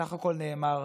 בסך הכול נאמר: